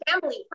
family